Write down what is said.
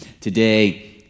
Today